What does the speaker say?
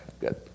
good